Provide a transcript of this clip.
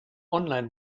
online